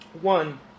One